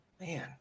Man